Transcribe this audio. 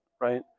right